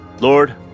Lord